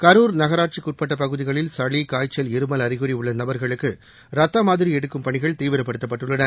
கரூர் நகராட்சிக்குட்பட்ட பகுதிகளில் சளி காய்ச்சல் இருமல் அறிகுறி உள்ள நபர்களுக்கு ரத்த மாதிரி எடுக்கும் பணிகள் தீவிரப்படுத்தப்பட்டுள்ளன